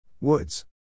Woods